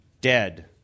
Dead